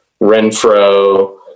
Renfro